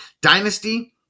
Dynasty